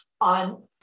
on